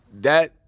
That-